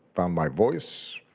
found my voice,